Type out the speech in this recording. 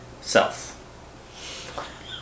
Self